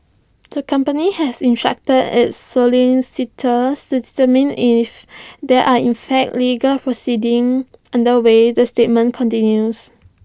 the company has instructed its solicitors to determine if there are in fact legal proceedings underway the statement continues